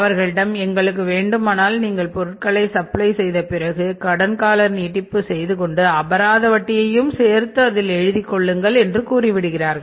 அவர்களிடம் எங்களுக்கு வேண்டுமானால் நீங்கள் பொருட்களை சப்ளை செய்த பிறகு கடன் கால நீட்டிப்பு செய்து கொண்டு அபராத வட்டியை யும் சேர்த்து அதில் எழுதிக்கொள்ளுங்கள் என்று கூறிவிடுவார்கள்